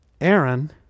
aaron